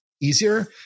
easier